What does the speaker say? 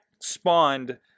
spawned